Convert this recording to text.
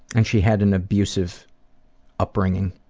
and she had an abusive upbringing.